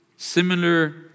Similar